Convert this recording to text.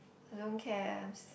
I don't cares